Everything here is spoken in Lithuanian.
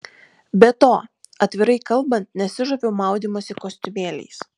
be to atvirai kalbant nesižaviu maudymosi kostiumėliais